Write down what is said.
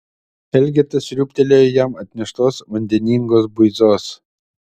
elgeta sriūbtelėjo jam atneštos vandeningos buizos